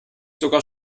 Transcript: sogar